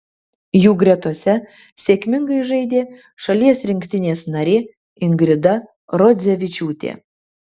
jų gretose sėkmingai žaidė šalies rinktinės narė ingrida rodzevičiūtė